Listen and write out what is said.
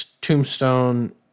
Tombstone